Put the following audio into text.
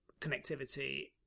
connectivity